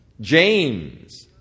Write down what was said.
James